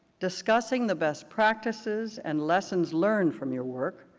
discussing the best practices and lessons learned from your work,